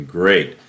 great